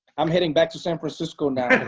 i'm heading back to san francisco now.